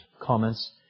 comments